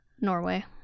Norway